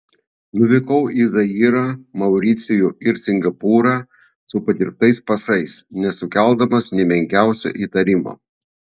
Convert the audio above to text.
nuvykau į zairą mauricijų ir singapūrą su padirbtais pasais nesukeldamas nė menkiausio įtarimo